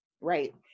right